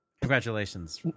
Congratulations